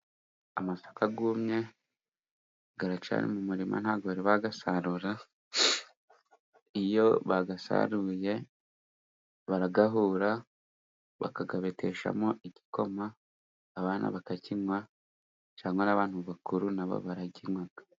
Amasaka yumye aracyari mu murima ntabwo bayasarura. Iyo bayasaruye, barayahura, bakayabeteshamo igikoma ,abana bakakinywa cyangwa n'abantu bakuru na bo bakakinywa.